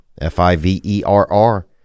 F-I-V-E-R-R